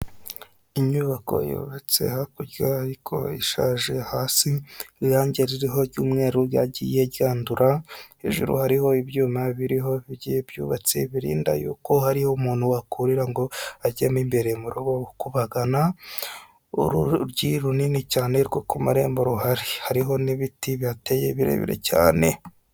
Inyubako yubatse hakurya ariko ishaje hasi irange ririho ry'umweru ryagiye ryandura hejuru hariho ibyuma biriho bigiye byubatse birinda yuko hariho umuntu wakurira ngo ajye imbere mu rugo gukubagana urugi runini cyane rwo ku marembo ruhari hariho n'ibiti bihateye birebire cyane.